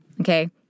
okay